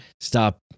stop